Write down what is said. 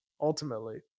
ultimately